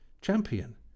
Champion